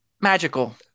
magical